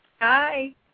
Hi